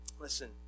Listen